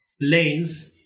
lanes